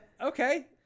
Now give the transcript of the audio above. Okay